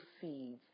seeds